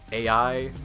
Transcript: ai,